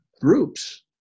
groups